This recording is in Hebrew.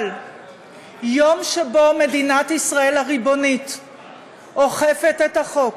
אבל יום שבו מדינת ישראל הריבונית אוכפת את החוק